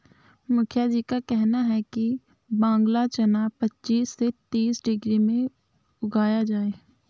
मुखिया जी का कहना है कि बांग्ला चना पच्चीस से तीस डिग्री में उगाया जाए